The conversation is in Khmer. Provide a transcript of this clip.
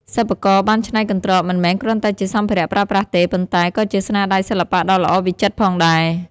សិប្បករបានច្នៃកន្ត្រកមិនមែនគ្រាន់តែជាសម្ភារៈប្រើប្រាស់ទេ ប៉ុន្តែក៏ជាស្នាដៃសិល្បៈដ៏ល្អវិចិត្រផងដែរ។